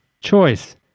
choice